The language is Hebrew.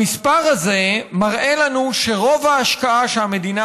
המספר הזה מראה לנו שרוב ההשקעה שהמדינה